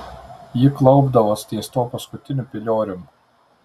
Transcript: ji klaupdavos ties tuo paskutiniu piliorium